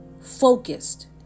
focused